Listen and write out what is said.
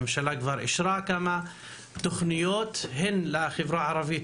הממשלה כבר אישרה כמה תוכניות לחברה הערבית